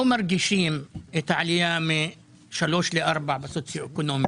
מרגישים את העלייה מ-3 ל-4 בסוציו-אקונומי.